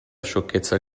sciocchezza